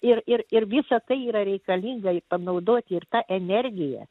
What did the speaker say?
ir ir ir visa tai yra reikalinga panaudoti ir tą energiją